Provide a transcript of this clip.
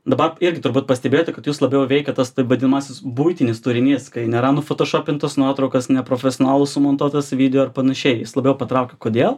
dabar irgi turbūt pastebėjote kad jus labiau veikia tas vadinamasis buitinis turinys kai nėra nufotošopintos nuotraukos neprofesionalų sumontuotas video ar panašiai labiau patraukia kodėl